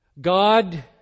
God